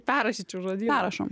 perrašyčiau žodyną perrašom